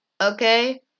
Okay